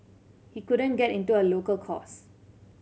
he couldn't get into a local course